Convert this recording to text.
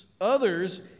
others